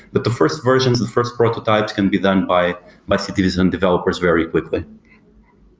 but the first versions, the first prototypes can be done by by citizen developers very quickly